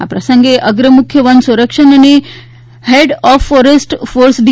આ પ્રસંગે અગ્ર મુખ્ય વન સંરક્ષક અને હેડ ઓફફોરેસ્ટ ફોર્સ ડી